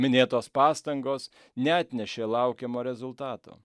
minėtos pastangos neatnešė laukiamo rezultato